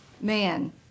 man